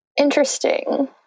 interesting